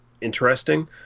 interesting